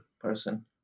person